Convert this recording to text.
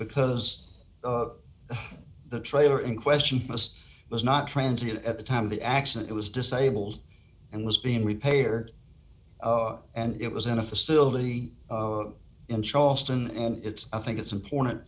because the trailer in question was was not transit at the time of the accident it was disabled and was being repaired and it was in a facility in charleston and it's i think it's important